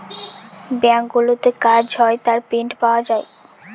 ব্যাঙ্কগুলোতে কাজ হয় তার প্রিন্ট পাওয়া যায়